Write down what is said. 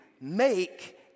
make